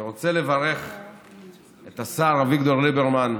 אני רוצה לברך את השר אביגדור ליברמן,